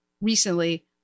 recently